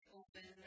open